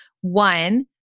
One